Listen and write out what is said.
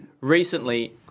Recently